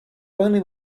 only